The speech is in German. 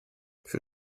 für